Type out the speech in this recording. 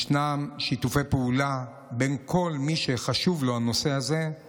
יש שיתופי פעולה עם כל מי שהנושא הזה חשוב לו.